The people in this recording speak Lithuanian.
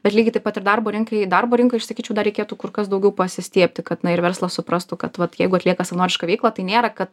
bet lygiai taip pat ir darbo rinkai darbo rinkai aš sakyčiau dar reikėtų kur kas daugiau pasistiebti kad na ir verslas suprastų kad vat jeigu atlieku savanorišką veiklą tai nėra kad